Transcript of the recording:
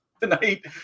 Tonight